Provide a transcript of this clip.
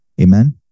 Amen